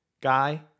guy